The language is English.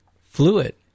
fluid